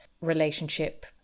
relationship